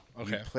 okay